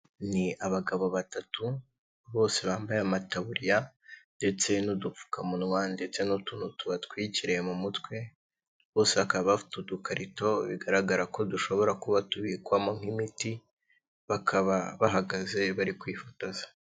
Ni abagabo batatu bose bambaye ama taburiya ndetse n'udupfuka munwa ndetse n'utuntu tubatwikiriye mu mutwe bose bakaba bafite udukarito, bigaragara ko dushobora kuba tubikwamo nk'imiti bakaba bahagaze bari kwifotoza.